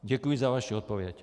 Děkuji za vaši odpověď.